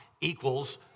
equals